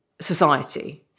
society